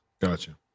gotcha